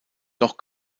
doch